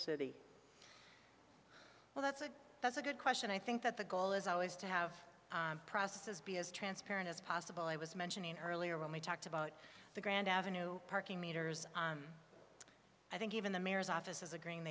city well that's a that's a good question i think that the goal is always to have processes be as transparent as possible i was mentioning earlier when we talked about the grand avenue parking meters i think even the mayor's office is agreeing